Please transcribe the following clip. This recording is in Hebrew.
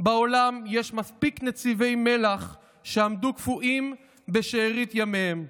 בעולם יש מספיק נציבי מלח שעמדו קפואים בשארית ימיהם.